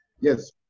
Yes